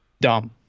Dumb